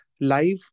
live